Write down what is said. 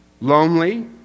Lonely